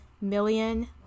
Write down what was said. million